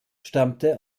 stammte